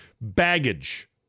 Baggage